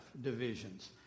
divisions